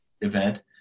event